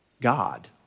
God